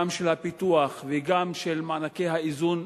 גם של הפיתוח וגם של מענקי האיזון,